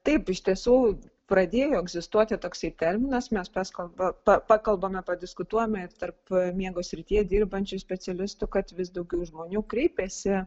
taip iš tiesų pradėjo egzistuoti toksai terminas mes paskol pakalbame padiskutuojame tarp miego srityje dirbančių specialistų kad vis daugiau žmonių kreipiasi